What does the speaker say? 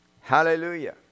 Hallelujah